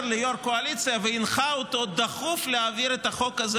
ליו"ר הקואליציה והנחה אותו להעביר את החוק הזה